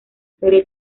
serie